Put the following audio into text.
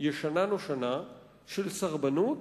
ישנה נושנה של סרבנות